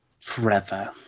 Trevor